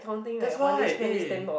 that's why eh